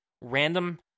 random